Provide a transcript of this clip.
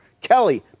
Kelly